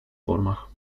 formach